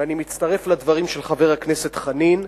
ואני מצטרף לדברים של חבר הכנסת חנין: